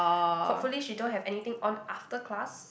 hopefully she don't have anything on after class